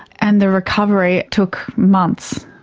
and the recovery took months.